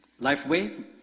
Lifeway